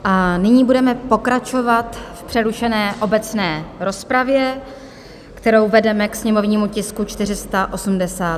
A nyní budeme pokračovat v přerušené obecné rozpravě, kterou vedeme k sněmovnímu tisku 488.